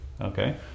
Okay